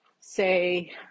say